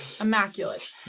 immaculate